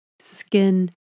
skin